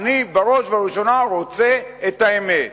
אני, בראש ובראשונה, רוצה את האמת.